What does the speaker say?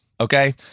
okay